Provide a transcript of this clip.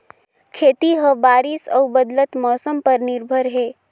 खेती ह बारिश अऊ बदलत मौसम पर निर्भर हे